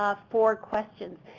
ah for questions.